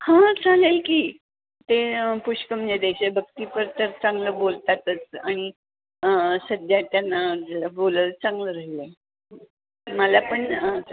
हां चालेल की ते पुष्कळ म्हणजे देशभक्तीपर तर चांगलं बोलतातच आणि सध्या त्यांना जरा बोलायला चांगलं राहील आहे मला पण